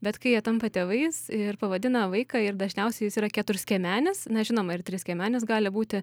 bet kai jie tampa tėvais ir pavadina vaiką ir dažniausiai jis yra keturskiemenis na žinoma ir triskiemenis gali būti